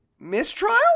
Mistrial